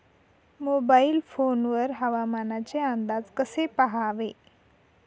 Mobile phone वर हवामानाचे अंदाज कसे पहावे?